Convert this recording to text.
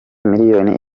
miliyoni